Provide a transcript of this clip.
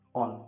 on